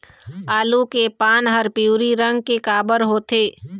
आलू के पान हर पिवरी रंग के काबर होथे?